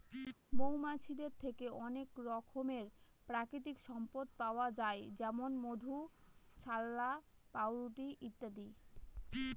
মৌমাছিদের থেকে অনেক রকমের প্রাকৃতিক সম্পদ পাওয়া যায় যেমন মধু, ছাল্লা, পাউরুটি ইত্যাদি